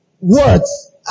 words